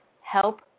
help